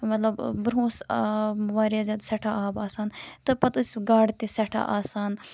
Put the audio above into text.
مطلب برٛونٛہہ اوس آ واریاہ زیادٕ سٮ۪ٹھاہ آب آسان تہٕ پَتہٕ ٲسۍ گاڈٕ تہِ سٮ۪ٹھاہ آسان